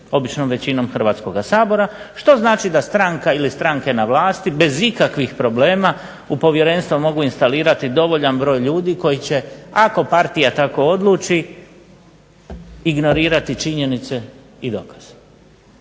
običnom većinom Hrvatskoga sabora, što znači da stranka ili stranke na vlasti bez ikakvih problema u povjerenstvo mogu instalirati dovoljan broj ljudi koji će, ako partija tako odluči, ignorirati činjenice i dokaze.